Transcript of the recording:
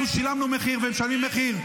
אנחנו שילמנו מחיר ומשלמים מחיר.